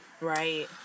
Right